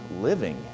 living